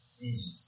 easy